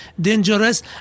dangerous